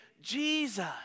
Jesus